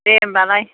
दे होम्बालाय